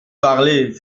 parler